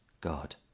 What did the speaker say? God